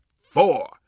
four